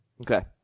Okay